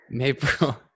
April